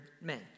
men